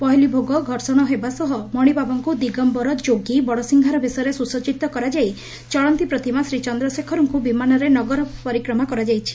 ପହିଲିଭୋଗ ଘର୍ଷଣ ହେବା ସହ ମଣିବାବାଙ୍କୁ ଦିଗମ୍ଘର ଯୋଗୀ ବଡସିଂହାର ବେଶରେ ସୁସଜିତ କରାଯାଇ ଚଳନ୍ତି ପ୍ରତିମା ଶ୍ରୀ ଚନ୍ଦ୍ରଶେଖରଙ୍ଙ୍ ବିମାନରେ ନଗର ପରିକ୍ରମା କରାଯାଇଛି